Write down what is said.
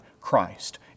Christ